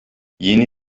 yeni